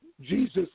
Jesus